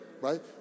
right